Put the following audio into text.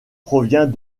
provient